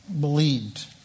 believed